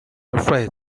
afraid